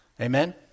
Amen